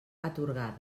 atorgada